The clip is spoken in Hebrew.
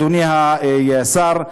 אדוני השר,